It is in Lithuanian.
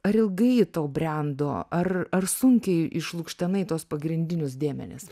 ar ilgai tau brendo ar ar sunkiai išlukštenai tuos pagrindinius dėmenis